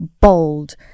bold